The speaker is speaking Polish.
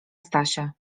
stasia